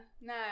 no